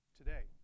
today